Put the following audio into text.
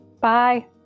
Bye